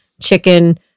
chicken